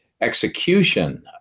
execution